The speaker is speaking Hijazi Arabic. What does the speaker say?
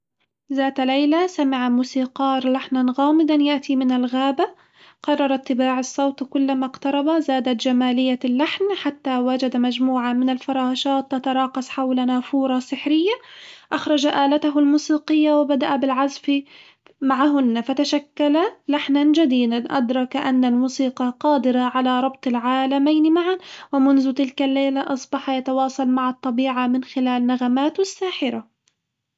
ذات ليلة، سمع موسيقار لحنًا غامضًا يأتي من الغابة قرر اتباع الصوت كلما اقترب زادت جمالية اللحن حتى وجد مجموعة من الفراشات تتراقص حول نافورة سحرية أخرج آلته الموسيقية وبدأ بالعزف معهن فتشكل لحنًا جديدًا، أدرك أن الموسيقى قادرة على ربط العالمين معًا، ومنذ تلك الليلة أصبح يتواصل مع الطبيعة من خلال نغماته الساحرة.